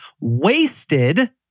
wasted